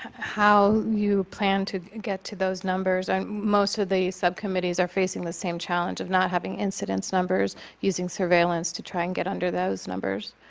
how you plan to get to those numbers? and most of the subcommittees are facing the same challenge of not having incidence numbers using surveillance to try and get under those numbers.